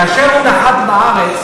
כאשר הוא נחת בארץ,